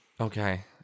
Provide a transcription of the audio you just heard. okay